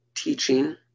Teaching